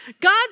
God